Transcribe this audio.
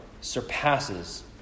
surpasses